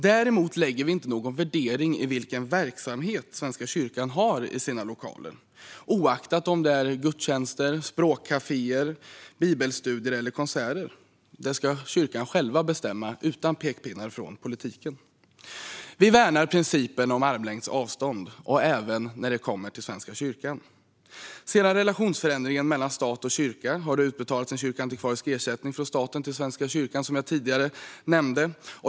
Däremot lägger vi inte någon värdering i vilken verksamhet Svenska kyrkan har i sina lokaler, oavsett om det är gudstjänster, språkkaféer, bibelstudier eller konserter. Det ska kyrkan själv bestämma utan pekpinnar från politiken. Vi värnar principen om armlängds avstånd, även när det kommer till Svenska kyrkan. Sedan relationsförändringen mellan stat och kyrka skedde har det utbetalats en kyrkoantikvarisk ersättning från staten till Svenska kyrkan, som jag tidigare nämnde.